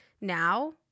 now